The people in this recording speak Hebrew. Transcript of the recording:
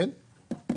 כן.